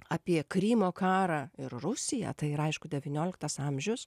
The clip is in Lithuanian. apie krymo karą ir rusiją tai yra aišku devynioliktas amžius